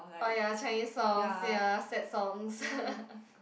oh ya Chinese songs ya sad songs